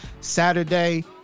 Saturday